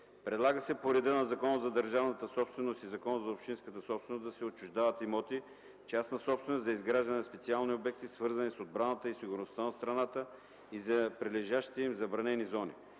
Предлага се по реда на Закона за държавната собственост и Закона за общинската собственост да се отчуждават имоти, частна собственост, за изграждане на специални обекти, свързани с отбраната и сигурността на страната, и за прилежащите им забранени зони.